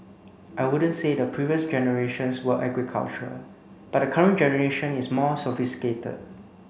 I wouldn't say the previous generations were agricultural but the current generation is more sophisticated